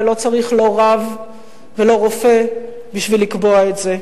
ולא צריך לא רב ולא רופא בשביל לקבוע את זה.